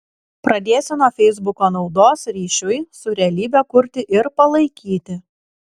pradėsiu nuo feisbuko naudos ryšiui su realybe kurti ir palaikyti